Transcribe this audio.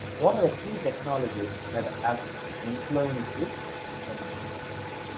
what are the key technologies that have influence the experimental mechanics.